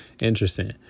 Interesting